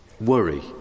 Worry